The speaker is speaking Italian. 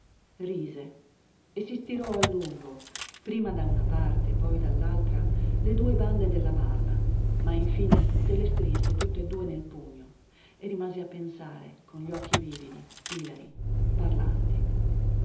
rise e si stirò a lungo prima da una parte poi dall'altra le due bande della barba ma infine se le strinse tutt'e due nel pugno e rimase a pensare con gli occhi vividi ilari parlanti